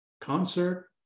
concert